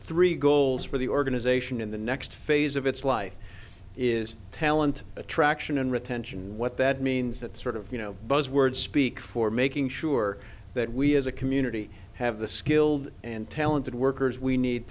three goals for the organization in the next phase of its life is talent attraction and retention what that means that sort of you know buzz words speak for making sure that we as a community have the skilled and talented workers we need